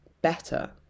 better